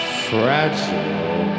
fragile